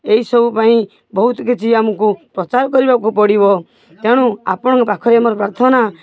ଏଇସବୁ ପାଇଁ ବହୁତ କିଛି ଆମୁକୁ ପ୍ରଚାର କରିବାକୁ ପଡ଼ିବ ତେଣୁ ଆପଣଙ୍କ ପାଖରେ ମୋର ପ୍ରାର୍ଥନା